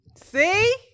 see